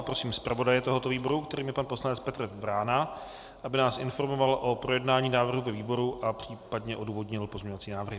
Prosím zpravodaje tohoto výboru, kterým je pan poslanec Petr Vrána, aby nás informoval o projednání návrhu ve výboru a případně odůvodnil pozměňovací návrhy.